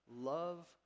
love